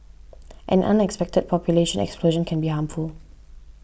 an unexpected population explosion can be harmful